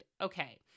okay